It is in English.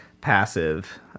Passive